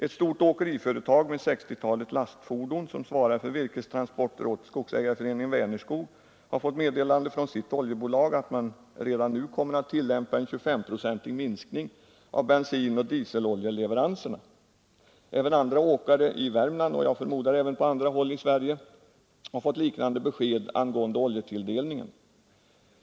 Ett stort åkeriföretag med ett 60-tal lastfordon, som svarar för virkestransporter åt Skogsägareföreningen Vänerskog, har fått meddelande från sitt oljebolag att man redan nu kommer att tillämpa 25 procents minskning av bensinoch dieseloljeleveranserna. Även andra åkare i Värmland, och jag förmodar även på andra håll i Sverige, har fått liknande besked angående oljetilldelningen.